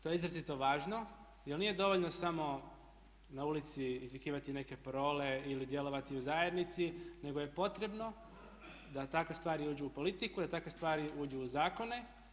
To je izrazito važno jer nije dovoljno samo na ulici izvikivati neke parole ili djelovati u zajednici nego je potrebno da takve stvari uđu u politiku da takve stvari uđu u zakone.